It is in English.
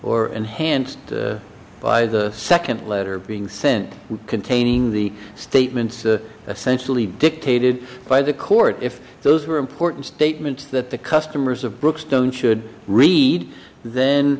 or enhanced by the second letter being sent containing the statements to essentially dictated by the court if those were important statements that the customers of brookstone should read then